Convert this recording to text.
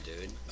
dude